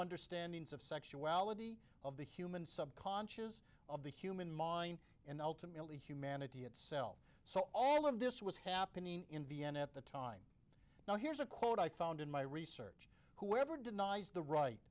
understanding of sexuality of the human subconscious of the human mind and ultimately humanity itself so all of this was happening in vienna at the time now here's a quote i found in my research whoever denies the right